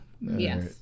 Yes